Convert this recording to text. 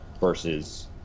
versus